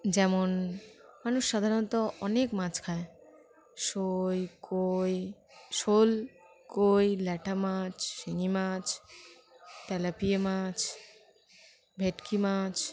যেমন মানুষ সাধারণত অনেক মাছ খায় সই কই শোল কই ল্যাটা মাছ শিঙি মাছ তেলাপিয়া মাছ ভেটকি মাছ